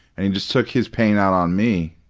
and he just took his pain out on me,